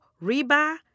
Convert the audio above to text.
Reba